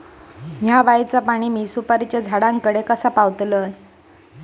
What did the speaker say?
हया बायचा पाणी मी सुपारीच्या झाडान कडे कसा पावाव?